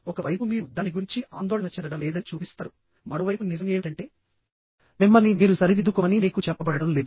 ఒక వైపు మీరు దాని గురించి ఆందోళన చెందడం లేదని చూపిస్తారు మరోవైపు నిజం ఏమిటంటే మిమ్మల్ని మీరు సరిదిద్దుకోమని మీకు చెప్పబడటం లేదు